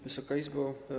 Wysoka Izbo!